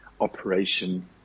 operation